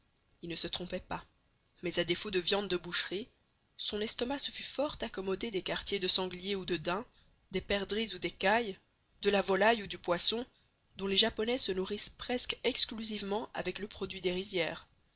il ne se trompait pas mais à défaut de viande de boucherie son estomac se fût fort accommodé des quartiers de sanglier ou de daim des perdrix ou des cailles de la volaille ou du poisson dont les japonais se nourrissent presque exclusivement avec le produit des rizières